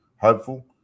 hopeful